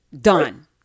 Done